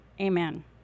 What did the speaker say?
amen